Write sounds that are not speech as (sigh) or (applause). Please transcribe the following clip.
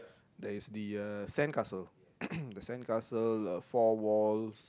there is the uh sandcastle (coughs) the sandcastle uh four walls